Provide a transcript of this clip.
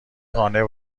قانع